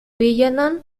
πήγαιναν